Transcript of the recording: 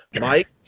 Mike